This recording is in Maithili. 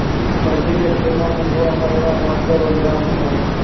सब्जी के खेतों मॅ पूरा परिवार वास्तॅ रोजगार छै